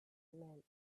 meant